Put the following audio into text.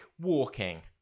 walking